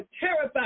terrified